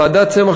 ועדת צמח,